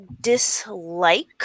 dislike